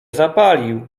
zapalił